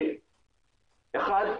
אחד,